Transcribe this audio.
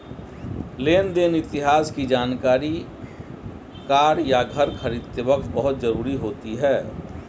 लेन देन इतिहास की जानकरी कार या घर खरीदते वक़्त बहुत जरुरी होती है